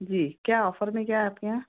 जी क्या ऑफर में क्या है आपके यहाँ